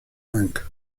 bank